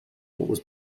was